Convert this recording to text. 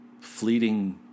fleeting